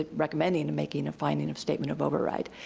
ah recommending and making a finding of statement of override.